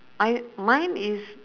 I mine is